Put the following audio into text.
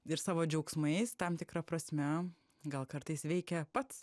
ir savo džiaugsmais tam tikra prasme gal kartais veikia pats